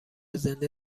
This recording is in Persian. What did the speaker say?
زنده